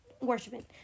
worshiping